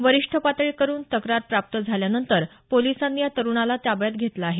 वरिष्ठ पातळीवरून तक्रार प्राप्त झाल्यानंतर पोलिसांनी या तरुणाला ताब्यात घेतलं आहे